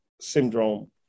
syndrome